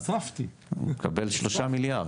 הוא מקבל שלושה מיליארד.